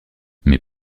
mais